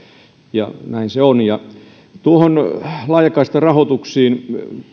ja näin se on noihin laajakaistarahoituksiin